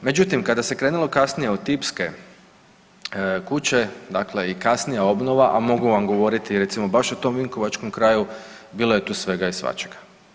Međutim, kada se krenulo kasnije od tipske kuće dakle i kasnija obnova, a mogu vam govoriti recimo o tom vinkovačkom kraju bilo je tu svega i svačega.